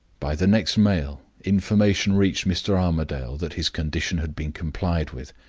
by the next mail information reached mr. armadale that his condition had been complied with.